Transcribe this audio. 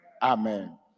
Amen